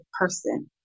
person